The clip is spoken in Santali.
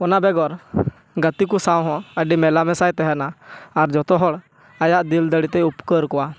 ᱚᱱᱟ ᱵᱮᱜᱚᱨ ᱜᱟᱛᱮ ᱠᱚ ᱥᱟᱶ ᱦᱚᱸ ᱟᱹᱰᱤ ᱢᱮᱞᱟ ᱢᱮᱥᱟᱭ ᱛᱟᱦᱮᱱᱟ ᱟᱨ ᱡᱚᱛᱚ ᱦᱚᱲ ᱟᱭᱟᱜ ᱫᱤᱞ ᱫᱟᱲᱮᱛᱮᱭ ᱩᱯᱠᱟᱹᱨ ᱠᱚᱣᱟ